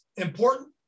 important